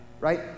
right